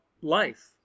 life